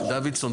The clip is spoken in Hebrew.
דוידסון,